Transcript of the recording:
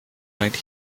right